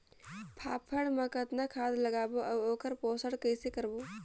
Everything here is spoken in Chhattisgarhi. फाफण मा कतना खाद लगाबो अउ ओकर पोषण कइसे करबो?